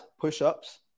push-ups